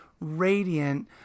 radiant